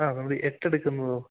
ആ നമ്മുടെ എട്ടെടുക്കുന്നതോ